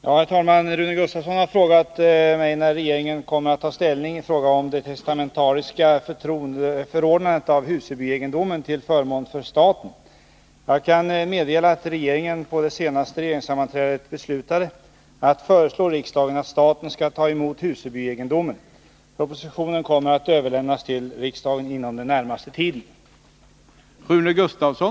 Herr talman! Rune Gustavsson har frågat mig när regeringen kommer att ta ställning i fråga om det testamentariska förordnandet av Husebyegendomen till förmån för staten. Jag kan meddela att regeringen på det senaste regeringssammanträdet beslutade att föreslå riksdagen att staten skall ta emot Husebyegendomen. Propositionen kommer att överlämnas till riksdagen inom den närmaste tiden.